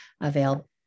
available